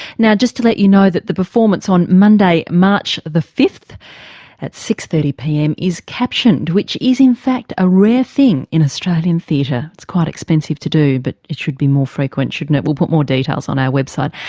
now just to let you know that the performance on monday march fifth at six. thirty pm is captioned, which is in fact a rare thing in australian theatre. it's quite expensive to do, but it should be more frequent, shouldn't it? we'll put more details on our website,